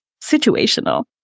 situational